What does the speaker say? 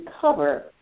cover